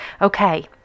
okay